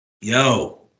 Yo